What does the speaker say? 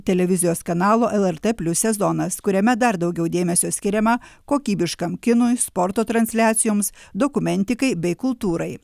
televizijos kanalo lrt plius sezonas kuriame dar daugiau dėmesio skiriama kokybiškam kinui sporto transliacijoms dokumentikai bei kultūrai